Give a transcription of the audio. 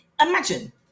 imagine